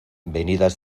venidas